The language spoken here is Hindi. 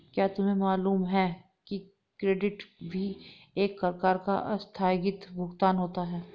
क्या तुम्हें मालूम है कि क्रेडिट भी एक प्रकार का आस्थगित भुगतान होता है?